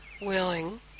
willing